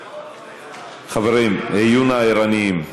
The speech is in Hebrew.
חברים, היו נא ערניים.